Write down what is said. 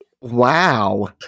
Wow